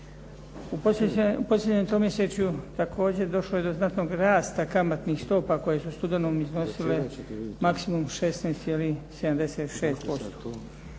U posljednjem tromjesečju također došlo je do znatnog rasta kamatnih stopa koje su u studenom iznosile maksimum 16,76%.